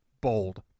Bold